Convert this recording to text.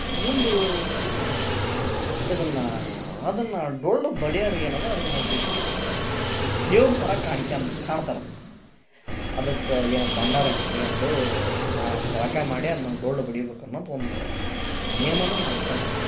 ಮುಂದುಕ್ಕ ಇದನ್ನ ಅದನ್ನ ಡೊಳ್ಳು ಬಡಿಯವರಿಗೆ ಏನದ ಅದನ್ನು ದೇವ್ರು ಥರ ಕಾಣಿಕ್ಯಂದು ಕಾಣ್ತರ ಅದಕ್ಕ ಏನು ಬಂಡರೆ ಹಚ್ಚಿಕ್ಯಂಡು ಅರ್ಶ್ನ ಜಳಕ ಮಾಡಿ ಅದನ್ನ ಡೊಳ್ಳು ಬಡಿಬೇಕು ಅನ್ನದು ಒಂದ ನಿಯಮನು ಮಾಡಿಕ್ಯಂಡರ